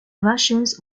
russians